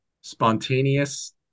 spontaneous